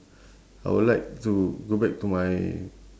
I would like to go back to my